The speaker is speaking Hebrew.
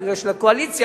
כי הקואליציה,